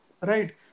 Right